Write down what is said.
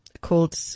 called